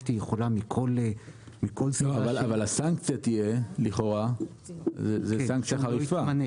יכולה מכול -- אבל הסנקציה תהיה לכאורה סנקציה חריפה.